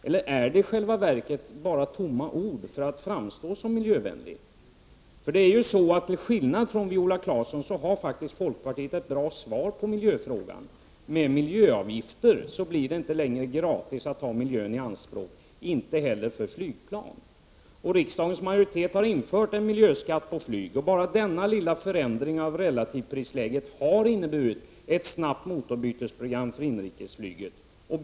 Eller är det i själva verket bara tomma ord för att framstå som miljövänlig? Till skillnad från Viola Claesson har faktiskt folkpartiet ett bra svar på miljöfrågan. Med miljöavgifter blir det inte längre gratis att ta miljön i anspråk, inte heller för flygplan. Riksdagens majoritet har infört en miljöskatt på flyg. Bara denna lilla förändring av relativprislägget har inneburit ett snabbt motorbytesprogram för inrikesflyget.